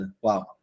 Wow